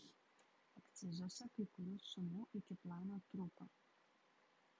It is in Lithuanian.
akcizuose kai kurių sumų iki plano trūko